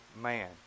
man